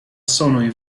sonoj